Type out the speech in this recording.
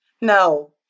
No